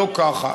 ככה.